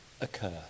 occur